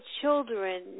children